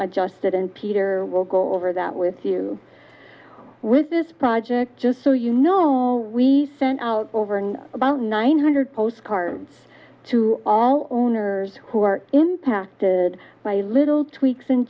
adjusted and peter will go over that with you with this project just so you know we sent out over and about nine hundred postcards to all owners who are impacted by little tweaks and